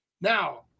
Now